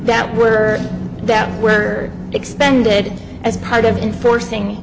that were that were expended as part of enforcing